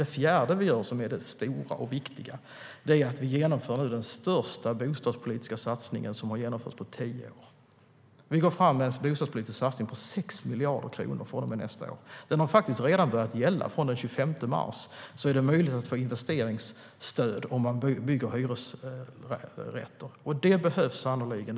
Det fjärde vi gör och som är det stora och viktiga är att vi nu genomför den största bostadspolitiska satsningen på tio år. Vi går fram med en bostadspolitisk satsning på 6 miljarder kronor från och med nästa år. Den har faktiskt redan börjat gälla. Från den 25 mars är det möjligt att få investeringsstöd om man bygger hyresrätter, och det behövs sannerligen.